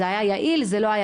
זה היה יעיל או לא?